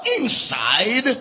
inside